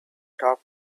top